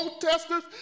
protesters